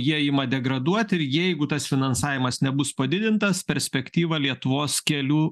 jie ima degraduoti ir jeigu tas finansavimas nebus padidintas perspektyva lietuvos kelių